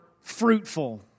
fruitful